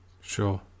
sure